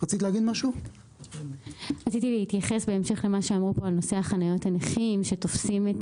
רציתי להתייחס בהמשך למה שאמרו פה על נושא חניות הנכים שתופסים את